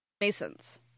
Masons